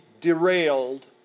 derailed